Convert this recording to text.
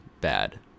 bad